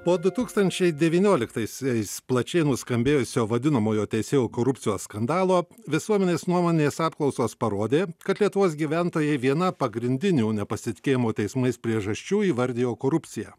po du tūkstančiai devynioliktaisiais plačiai nuskambėjusio vadinamojo teisėjų korupcijos skandalo visuomenės nuomonės apklausos parodė kad lietuvos gyventojai viena pagrindinių nepasitikėjimo teismais priežasčių įvardijo korupciją